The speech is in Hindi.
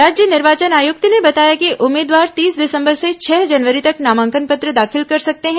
राज्य निर्वाचन आयुक्त ने बताया कि उम्मीदवार तीस दिसंबर से छह जनवरी तक नामांकन पत्र दाखिल कर सकते हैं